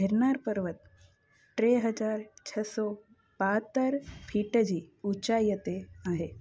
गिरनार पर्बतु टे हज़ार छह सौ ॿाहतरि फीट जी ऊचाईअ ते आहे